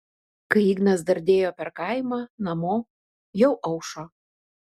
kai ignas dardėjo per kaimą namo jau aušo